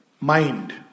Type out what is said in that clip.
Mind